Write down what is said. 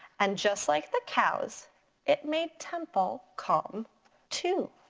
and just like the cows it made temple calm too.